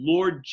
Lord